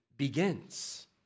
begins